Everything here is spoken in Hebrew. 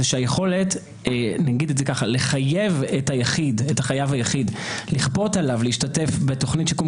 היכולת לחייב את החייב היחיד לכפות עליו להשתתף בתוכנית שיקום